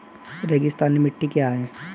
रेगिस्तानी मिट्टी क्या है?